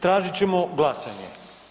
Tražit ćemo glasanje.